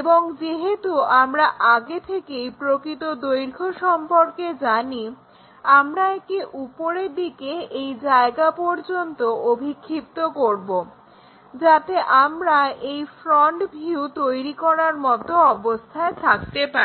এবং যেহেতু আমরা আগে থেকেই প্রকৃত দৈর্ঘ্য সম্পর্কে জানি আমরা একে উপরের দিকে এই জায়গা পর্যন্ত অভিক্ষিপ্ত করব যাতে আমরা এই ফ্রন্ট ভিউ তৈরি করার মতো অবস্থায় থাকতে পারি